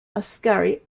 ascari